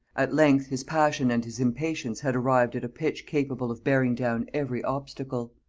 at length his passion and his impatience had arrived at a pitch capable of bearing down every obstacle.